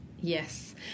Yes